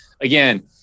again